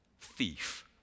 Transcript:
thief